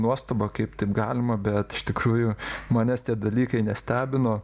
nuostaba kaip taip galima bet iš tikrųjų manęs tie dalykai nestebino